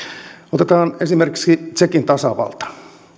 otetaan esimerkiksi tsekin tasavalta